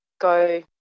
go